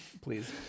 Please